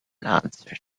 answered